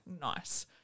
nice